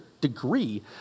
degree